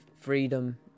freedom